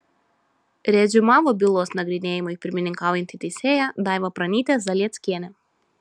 reziumavo bylos nagrinėjimui pirmininkaujanti teisėja daiva pranytė zalieckienė